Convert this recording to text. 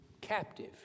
captive